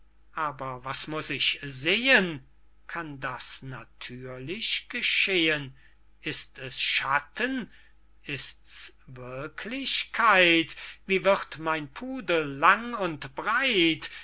aber was muß ich sehen kann das natürlich geschehen ist es schatten ist's wirklichkeit wie wird mein pudel lang und breit